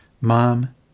mom